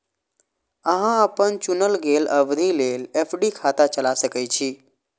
अहां अपन चुनल गेल अवधि लेल एफ.डी खाता चला सकै छी